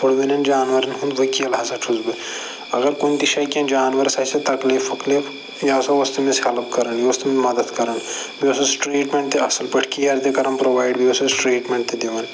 وٕڑٕوٕنٮ۪ن جانوَرَن ہُنٛد وکیٖل ہَسا چھُس بہٕ اگر کُنہِ تہِ شایہِ جانوَرَس آسہِ ہہ تکلیٖف وکلیٖف یہِ ہَسا اوس تٔمِس ہٮ۪لپ کران یہِ اوس تٔمس مدد کران بیٚیہِ اوسُس ٹرٛیٖٹمٮ۪نٛٹ تہِ اصٕل پٲٹھۍ کِیَر تہِ کَران پرٛووایڈ بیٚیہِ اوسُس ٹرٛیٖٹمٮ۪نٛٹ تہِ دِوان